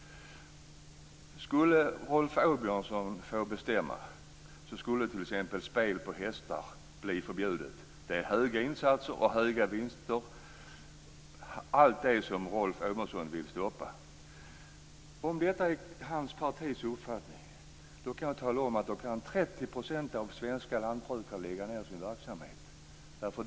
Skulle Rolf Åbjörnsson få bestämma skulle t.ex. spel på hästar bli förbjudet. Det är höga insatser och höga vinster - allt det som Rolf Åbjörnsson vill stoppa. Om detta är hans partis uppfattning, och om den uppfattningen kommer till uttryck i landets politik, kan jag tala om att 30 % av de svenska lantbrukarna kan lägga ned sin verksamhet.